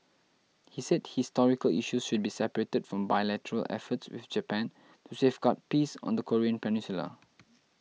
he said historical issues should be separated from bilateral efforts with Japan to safeguard peace on the Korean peninsula